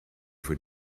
for